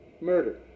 murder